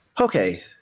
okay